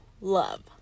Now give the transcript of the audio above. Love